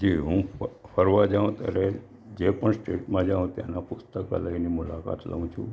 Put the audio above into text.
જે હું ફ ફરવા જાઉ ત્યારે જે પણ સ્ટેટમાં જાઉ ત્યાંનાં પુસ્તકાલયની મુલાકાત લઉં છું